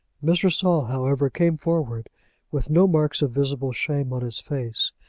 mr. saul, however, came forward with no marks of visible shame on his face,